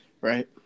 right